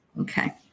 Okay